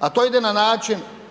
a to ide na način